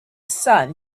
sun